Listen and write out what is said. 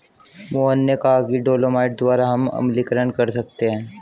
मोहन ने कहा कि डोलोमाइट द्वारा हम अम्लीकरण कर सकते हैं